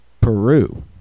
Peru